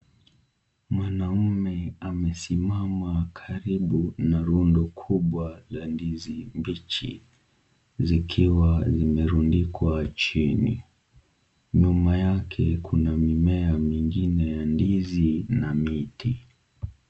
Mwanaume amesimama karibu na rundo kubwa la ndizi mbichi zikiwa zimerundikwa chini. Nyuma yake kuna mimea mingine ya ndizi na miti.